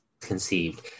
conceived